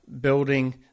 building